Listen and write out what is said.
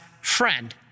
friend